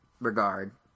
regard